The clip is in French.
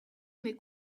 mais